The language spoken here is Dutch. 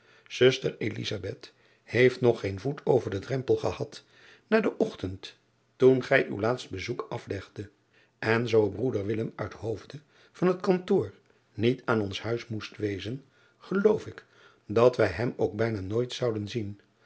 uster heeft nog geen voet over den drempel gehad na den ochtend toen gij uw laatst bezoek aflegde en zoo broeder uit hoofde van het kantoor niet aan ons huis moest wezen geloof ik dat wij hem ook bijna nooit zouden zien